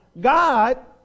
God